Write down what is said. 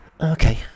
Okay